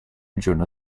giorno